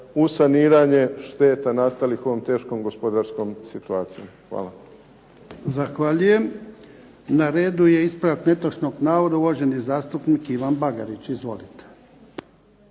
u saniranje šteta nastalih ovom teškom gospodarskom situacijom. Hvala.